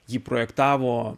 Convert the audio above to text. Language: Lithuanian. jį projektavo